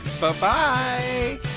Bye-bye